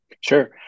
sure